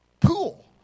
pool